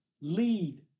lead